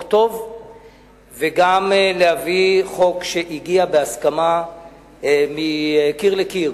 טוב וגם להביא חוק שהגיע בהסכמה מקיר לקיר,